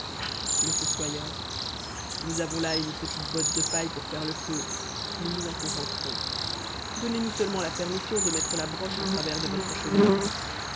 le fossoyeur nous avons là une petite botte de paille pour faire le feu nous nous en contenterons donnez-nous seulement la permission de mettre la broche en travers de votre cheminée